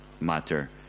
matter